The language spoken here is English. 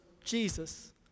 Jesus